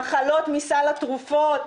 מחלות מסל הבריאות,